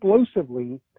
explosively